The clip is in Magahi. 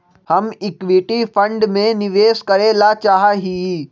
हम इक्विटी फंड में निवेश करे ला चाहा हीयी